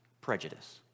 prejudice